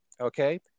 okay